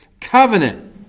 covenant